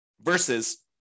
versus